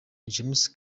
james